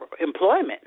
employment